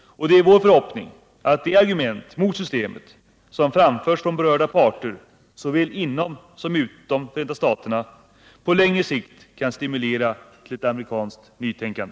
och det är vår förhoppning att de argument mot systemet som framförs från berörda parter såväl inom som utom USA på längre sikt kan stimulera till ett amerikanskt nytänkande.